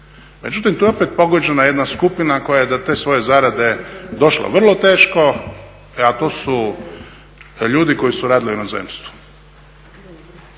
Međutim, tu je opet pogođena jedna skupina koja je do te svoje zarade došla vrlo teško, a to su ljudi koji su radili u inozemstvu.